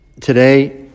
Today